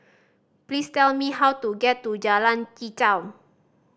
please tell me how to get to Jalan Chichau